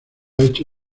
hecho